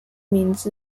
名字